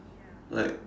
like